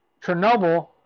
Chernobyl